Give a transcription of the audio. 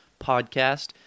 podcast